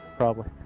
probably.